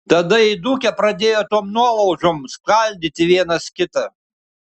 tada įdūkę pradėjo tom nuolaužom skaldyti vienas kitą